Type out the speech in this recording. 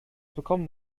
bekommen